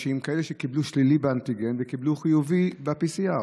יש אנשים כאלה שקיבלו שלילי באנטיגן וקיבלו חיובי ב-PCR.